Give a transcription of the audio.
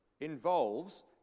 involves